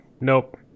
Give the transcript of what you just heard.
Nope